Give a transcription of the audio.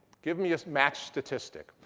give me a matched statistic.